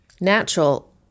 natural